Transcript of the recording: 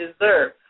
deserve